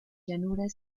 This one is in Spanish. llanuras